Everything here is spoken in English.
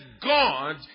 God